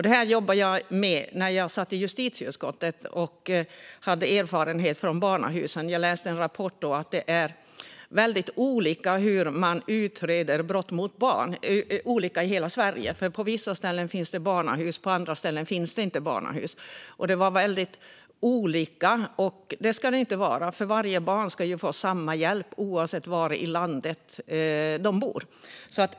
Detta jobbade jag med när jag satt i justitieutskottet och hade erfarenhet från barnahusen. Jag läste i en rapport att det är väldigt olika - i hela Sverige - hur man utreder brott mot barn. På vissa ställen finns det barnahus; på andra ställen finns det inte barnahus. Det var väldigt olika, och det ska det inte vara - alla barn ska ju få samma hjälp oavsett var i landet de bor.